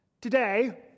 Today